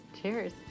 Cheers